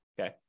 Okay